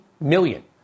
million